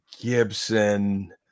Gibson